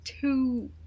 two